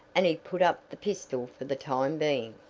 and he put up the pistol for the time being.